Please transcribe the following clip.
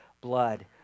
blood